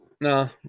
no